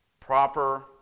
proper